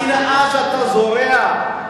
השנאה שאתה זורע,